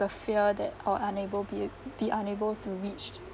the fear that I'll unable be be unable to reached